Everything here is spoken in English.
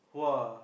!wah!